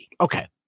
Okay